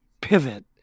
pivot